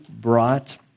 brought